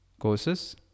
courses